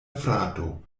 frato